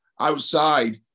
outside